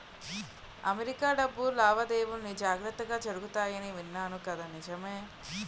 America డబ్బు లావాదేవీలన్నీ జాగ్రత్తగా జరుగుతాయని విన్నాను కదా నిజమే